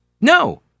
No